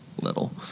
little